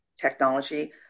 technology